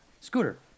scooter